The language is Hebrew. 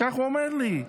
כך הוא אומר לי.